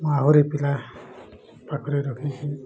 ମୁଁ ଆହୁରି ପିଲା ପାଖରେ ରଖିଛି